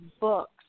books